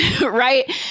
Right